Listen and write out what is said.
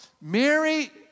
Mary